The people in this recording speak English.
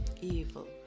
evil